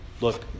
Look